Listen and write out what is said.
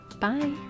Bye